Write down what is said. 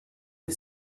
the